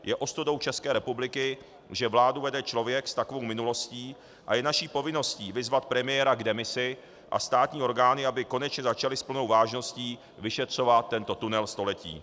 Je ostudou České republiky, že vládu vede člověk s takovou minulostí, a je naší povinností vyzvat premiéra k demisi a státní orgány, aby konečně začaly s plnou vážností vyšetřovat tento tunel století.